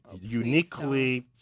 uniquely